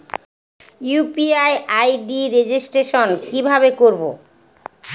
UPI ID registration কিভাবে করব?